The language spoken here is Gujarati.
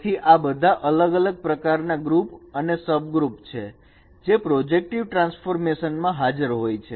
તેથી આ બધા અલગ અલગ પ્રકારના ગૃહ અને સબ ગ્રુપ છે જે પ્રોજેક્ટિવ ટ્રાન્સફોર્મેશન માં હાજર હોય છે